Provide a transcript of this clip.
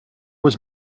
was